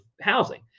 housing